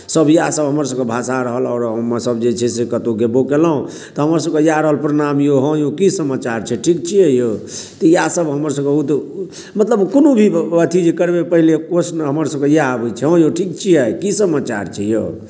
सभ इएहसभ हमरसभक भाषा रहल आओर हमरसभ जे से कतहु गेबो केलहुँ तऽ हमरसभक इएह रहल प्रणाम यौ हँ यौ कि समाचार छै ठीक छियै यौ तऽ इएहसभ हमरसभक ओतय मतलब कोनो भी जे अथी जे करबै प्रश्न हमरसभक इएह अबै छै हँ यौ ठीक छियै कि समाचार छै यौ